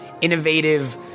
innovative